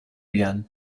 again